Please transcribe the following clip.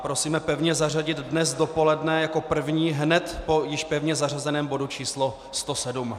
Prosíme pevně zařadit dnes dopoledne jako první hned po již pevně zařazeném bodu číslo 107.